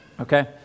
okay